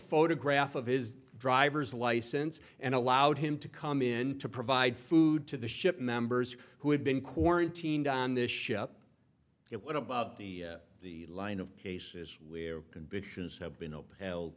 photograph of his driver's license and allowed him to come in to provide food to the ship members who had been quarantined on this ship it what about the line of cases where convictions have been